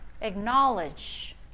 acknowledge